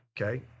okay